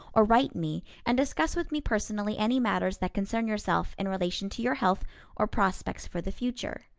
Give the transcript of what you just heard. or write me, and discuss with me personally any matters that concern yourself in relation to your health or prospects for the future.